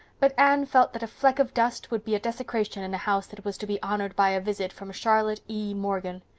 but anne felt that a fleck of dust would be a desecration in a house that was to be honored by a visit from charlotte e. morgan.